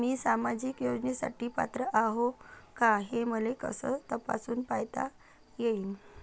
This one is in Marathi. मी सामाजिक योजनेसाठी पात्र आहो का, हे मले कस तपासून पायता येईन?